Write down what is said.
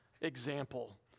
example